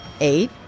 Eight